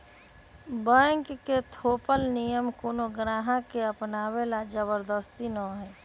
bank के थोपल नियम कोनो गाहक के अपनावे ला जबरदस्ती न हई